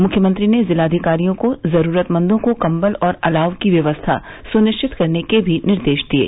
मुख्यमंत्री ने जिलाधिकारियों को जरूरतमंदों को कंबल और अलाव की व्यवस्था सुनिष्वित करने के भी निर्देष दिये